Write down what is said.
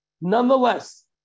Nonetheless